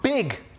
Big